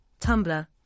Tumblr